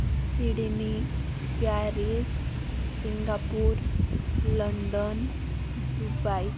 Sydney Paris Singapore London Dubai